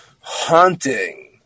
haunting –